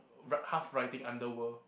half writing underworld